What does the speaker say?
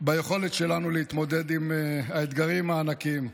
ביכולת שלנו להתמודד עם האתגרים הענקיים.